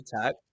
attack